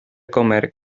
comer